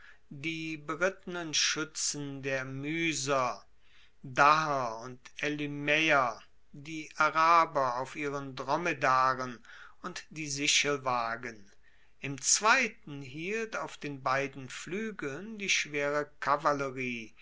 die berittenen schuetzen der myser daher und elymaeer die araber auf ihren dromedaren und die sichelwagen im zweiten hielt auf den beiden fluegeln die schwere kavallerie